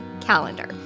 calendar